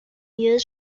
years